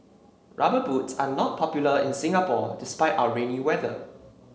rubber boots are not popular in Singapore despite our rainy weather